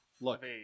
Look